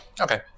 Okay